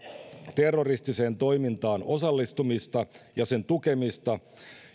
terroristiseen toimintaan osallistumista ja sen tukemista